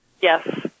Yes